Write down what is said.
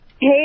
Hey